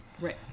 Right